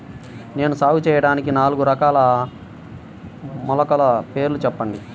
నేను సాగు చేయటానికి నాలుగు రకాల మొలకల పేర్లు చెప్పండి?